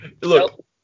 Look